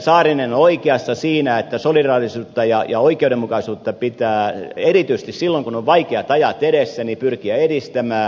saarinen on oikeassa siinä että solidaarisuutta ja oikeudenmukaisuutta pitää erityisesti silloin kun on vaikeat ajat edessä pyrkiä edistämään